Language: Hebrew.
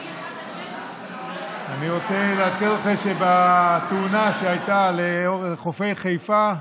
אני רוצה לעדכן אתכם שבתאונה שהייתה לחופי חיפה,